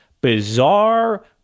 bizarre